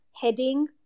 heading